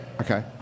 Okay